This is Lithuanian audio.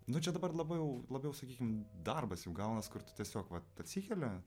nu čia dabar labiau labiau sakykim darbas jau gaunas kur tu tiesiog vat atsikeli